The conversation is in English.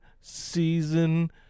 season